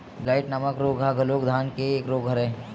blight नामक रोग ह घलोक धान के एक रोग हरय